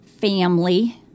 family